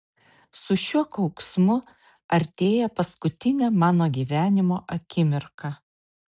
su šiuo kauksmu artėja paskutinė mano gyvenimo akimirka